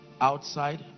outside